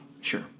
Sure